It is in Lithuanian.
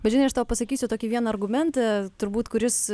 bet žinai aš tau pasakysiu tokį vieną argumentą turbūt kuris